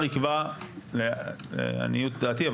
לעניות דעתי,